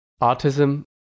Autism